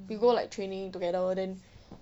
we go like training together then